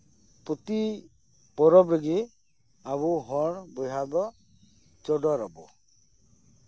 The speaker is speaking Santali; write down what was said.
ᱯᱨᱚᱛᱤ ᱯᱚᱨᱚᱵ ᱨᱮᱜᱮ ᱟᱵᱚ ᱦᱚᱲ ᱵᱚᱭᱦᱟ ᱫᱚ ᱪᱚᱰᱚᱨᱟᱵᱚ